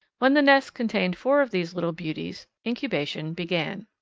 when the nest contained four of these little beauties incubation began.